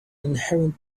inherent